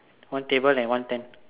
one table and one tent